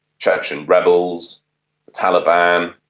chechen rebels, the taliban.